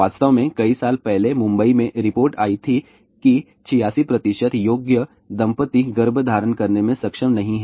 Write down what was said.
वास्तव में कुछ साल पहले मुंबई में रिपोर्ट आई थी कि 46 योग्य दंपति गर्भ धारण करने में सक्षम नहीं हैं